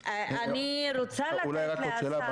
אולי רק עוד שאלה,